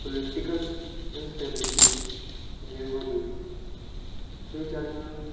political instability ਜਿਵੇਂ ਹੋਗੀ so ਇਹ ਸਾਰੀਆਂ